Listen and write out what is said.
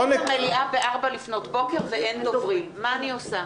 אני במליאה ב-04:00 ואין דוברים, מה אני עושה?